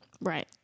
Right